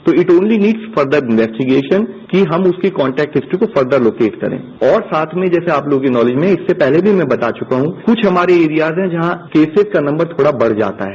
तो it only needs further investigation कि हम उसकी कॉन्टैक्ट हिस्ट्री को फर्दर लोकेट करें और साथ में जैसा कि आप लोगों की नॉलेज में है इससे पहले भी मैं बता चुका हूं कुछ हमारे एरियाज हैं जहां केसेज का नम्बर थोड़ा बढ़ जाता है